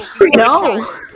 No